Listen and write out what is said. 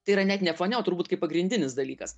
tai yra net ne fone o turbūt kaip pagrindinis dalykas